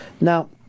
now